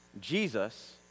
Jesus